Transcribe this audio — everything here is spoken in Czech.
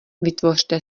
vytvořte